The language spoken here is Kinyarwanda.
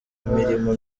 imirimo